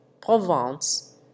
Provence